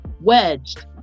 wedged